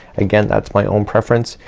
again, that's my own preference.